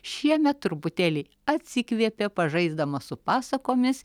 šiemet truputėlį atsikvėpė pažaisdamas su pasakomis